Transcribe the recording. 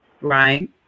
Right